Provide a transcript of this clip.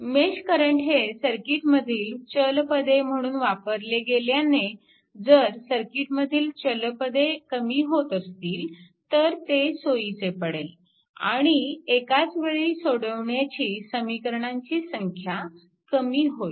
mesh current हे सर्किटमधील चल पद म्हणून वापरली गेल्याने जर सर्किटमधील चल पदे कमी होत असतील तर ते सोयीचे पडेल आणि एकाचवेळी सोडवण्याची समीकरणांची संख्या कमी होईल